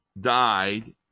died